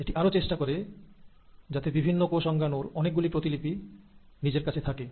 এটি আরো চেষ্টা করে যাতে বিভিন্ন কোষ অঙ্গানুর অনেকগুলি প্রতিলিপি নিজের কাছে থাকে